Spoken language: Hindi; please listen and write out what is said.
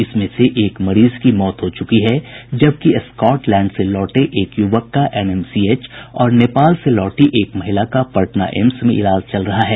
इसमें से एक मरीज की मौत हो चुकी है जबकि स्कॉटलैंड से लौटे एक युवक का एनएमसीएच और नेपाल से लौटी एक महिला का पटना एम्स में इलाज चल रहा है